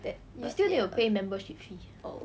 that but ya oh